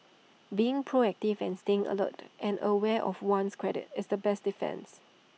being proactive and staying alert and aware of one's credit is the best defence